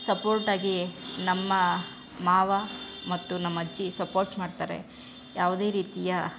ಸಪೋರ್ಟಾಗಿ ನಮ್ಮ ಮಾವ ಮತ್ತು ನಮ್ಮಜ್ಜಿ ಸಪೋರ್ಟ್ ಮಾಡ್ತಾರೆ ಯಾವುದೇ ರೀತಿಯ